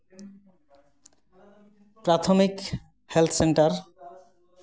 ᱯᱨᱟᱛᱷᱚᱢᱤᱠ health centre